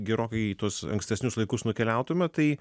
gerokai į tuos ankstesnius laikus nukeliautume tai